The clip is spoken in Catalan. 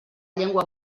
llengua